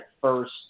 first